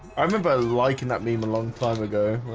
i remember liking that meme a long time ago